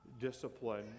Discipline